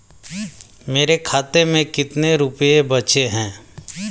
मेरे खाते में कितने रुपये बचे हैं?